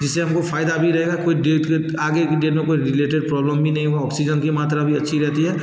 जिससे हम को फ़ायदा भी रहेगा कोई डेट वेट आगे की डेट में कोई रिलेटेड प्रॉब्लम भी नहीं हो ऑक्सीजन की मात्रा भी अच्छी रहती है